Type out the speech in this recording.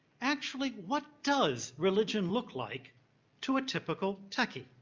actually, what does religion look like to a typical techie?